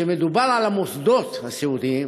כשמדובר על המוסדות הסיעודיים,